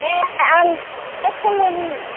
ए आं